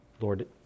Lord